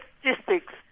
statistics